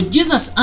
Jesus